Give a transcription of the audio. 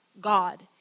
God